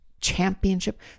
championship